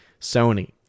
Sony